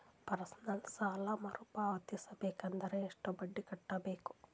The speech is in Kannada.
ಪರ್ಸನಲ್ ಸಾಲ ಮರು ಪಾವತಿಸಬೇಕಂದರ ಎಷ್ಟ ಬಡ್ಡಿ ಕಟ್ಟಬೇಕು?